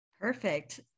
Perfect